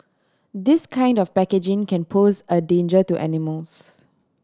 this kind of packaging can pose a danger to animals